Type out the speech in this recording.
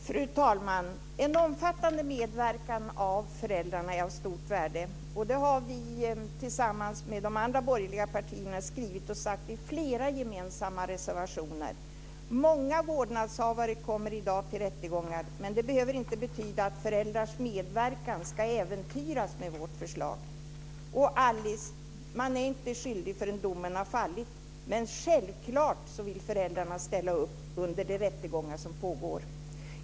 Fru talman! En omfattande medverkan av föräldrarna är av stort värde. Det har vi tillsammans med de andra borgerliga partierna sagt och skrivit i flera gemensamma reservationer. Många vårdnadshavare kommer i dag till rättegångar, men det behöver inte betyda att föräldrars medverkan äventyras med vårt förslag. Alice Åström! Man är inte skyldig förrän domen har fallit, men det är självklart att föräldrarna vill ställa upp under de rättegångar som pågår.